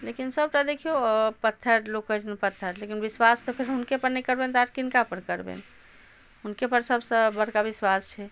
लेकिन सबटा देखिऔ पाथर लोक कहै छथिन पाथर विश्वास तऽ फेर हुनकेपर नहि करबनि तऽ आओर किनकापर करबनि हुनकेपर सबसँ बड़का विश्वास छै